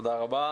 תודה רבה.